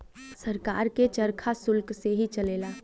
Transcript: सरकार के खरचा सुल्क से ही चलेला